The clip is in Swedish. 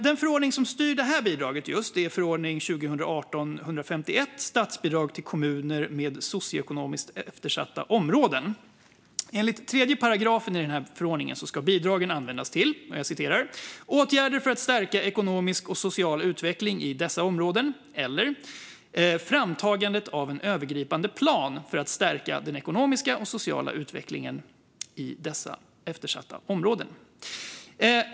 Den förordning som styr just detta bidrag är förordningen om statsbidrag till kommuner med socioekonomiskt eftersatta områden. Enligt 3 § i denna förordning ska bidragen användas till åtgärder för att stärka ekonomisk och social utveckling i dessa områden eller till framtagandet av en övergripande plan för att stärka den ekonomiska och sociala utvecklingen i dessa eftersatta områden.